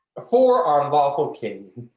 for our lawful king.